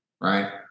right